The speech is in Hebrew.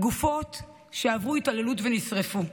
גופות שעברו התעללות ונשרפו,